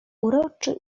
uroczy